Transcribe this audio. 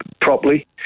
properly